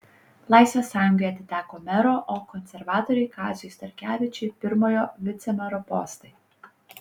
laisvės sąjungai atiteko mero o konservatoriui kaziui starkevičiui pirmojo vicemero postai